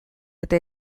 eta